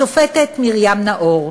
בשופטת מרים נאור.